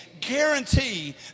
guarantee